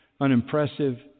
unimpressive